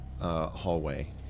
hallway